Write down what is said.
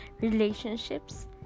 relationships